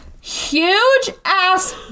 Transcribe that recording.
huge-ass